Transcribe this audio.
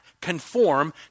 conform